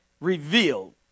revealed